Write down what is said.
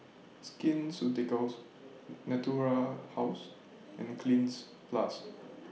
Skin Ceuticals Natura House and Cleanz Plus